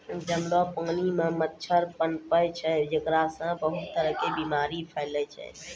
जमलो पानी मॅ मच्छर पनपै छै जेकरा सॅ बहुत तरह के बीमारी फैलै छै